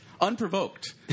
Unprovoked